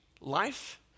life